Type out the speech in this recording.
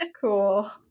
cool